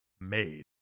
made